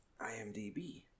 IMDb